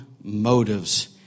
motives